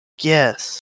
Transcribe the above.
Yes